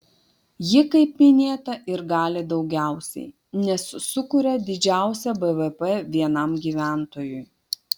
ji kaip minėta ir gali daugiausiai nes sukuria didžiausią bvp vienam gyventojui